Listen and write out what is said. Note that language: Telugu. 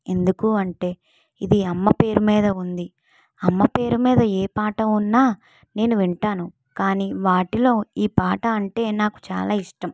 ఎందుకంటే ఇది అమ్మ పేరు మీద ఉంది అమ్మ పేరు మీద ఏ పాట ఉన్నా నేను వింటాను కానీ వాటిలో ఈ పాట అంటే నాకు చాలా ఇష్టం